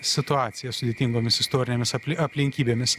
situacijas sudėtingomis istorinėmis apli aplinkybėmis